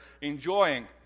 enjoying